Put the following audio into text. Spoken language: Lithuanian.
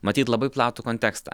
matyt labai platų kontekstą